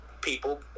people